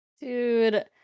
Dude